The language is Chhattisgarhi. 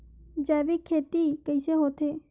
जैविक खेती कइसे होथे?